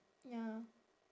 ya